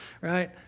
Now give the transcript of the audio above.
right